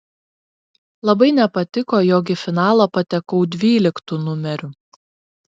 labai nepatiko jog į finalą patekau dvyliktu numeriu